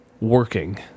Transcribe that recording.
working